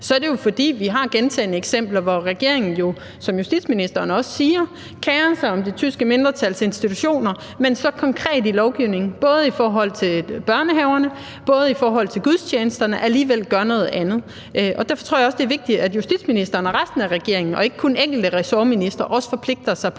er det jo, fordi vi har gentagne eksempler på, at regeringen jo, som ministeren også siger, kerer sig om det tyske mindretals institutioner, men så konkret i forbindelse med lovgivningen, både i forhold til børnehaverne og i forhold til gudstjenesterne, alligevel gør noget andet. Derfor tror jeg også, det er vigtigt, at justitsministeren og resten af regeringen og ikke kun enkelte ressortministre også forpligter sig i